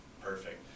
Perfect